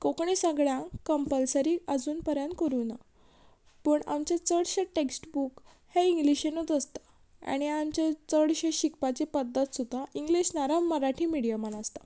कोंकणी सगळ्यांक कम्पलसरी आजून पऱ्यान कोरूं ना पूण आमचे चडशे टॅक्स्टबूक हे इंग्लिशिनूत आसता आनी आमचे चडशे शिकपाची पद्दत सुद्दां इंग्लीश नाऱ्या मराठी मिडयमान आसता